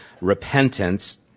repentance